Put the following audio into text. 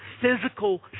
physical